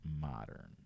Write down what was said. modern